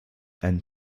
ein